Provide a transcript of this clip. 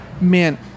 man